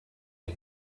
die